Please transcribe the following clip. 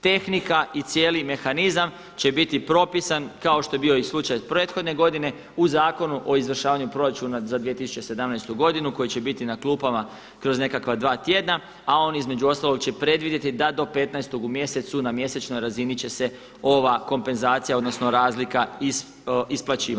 Tehnika i cijeli mehanizam će biti propisan kao što je bio slučaj i prethodne godine u Zakonu o izvršavanju proračuna za 2017. godinu koji će biti na klupama kroz nekakva dva tjedna, a on između ostalog će predvidjeti da do petnaestog u mjesecu na mjesečnoj razini će ova kompenzacija, odnosno razlika isplaćivati.